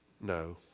No